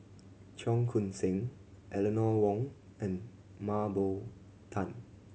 Cheong Koon Seng Eleanor Wong and Mah Bow Tan